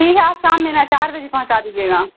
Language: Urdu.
ٹھیک ہے آپ شام میں نہ چار بجے پہنچا دیجیے گا